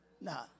nah